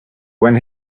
when